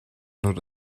not